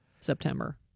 September